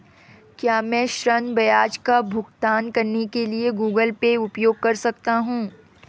क्या मैं ऋण ब्याज का भुगतान करने के लिए गूगल पे उपयोग कर सकता हूं?